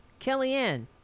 Kellyanne